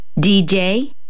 DJ